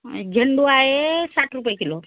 झेंडू आहे साठ रुपये किलो